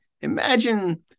imagine